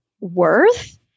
worth